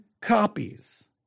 copies